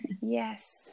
yes